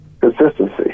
Consistency